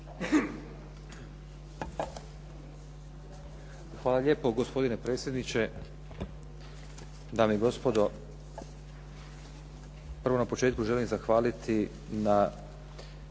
Hvala lijepo, gospodine predsjedniče. Dame i gospodo. Prvo na početku želim zahvaliti na